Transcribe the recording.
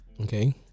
Okay